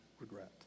regret